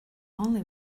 only